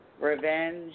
revenge